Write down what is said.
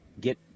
get